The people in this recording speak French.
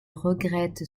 regrette